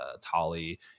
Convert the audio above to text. Tali